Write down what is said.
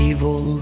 Evil